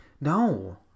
no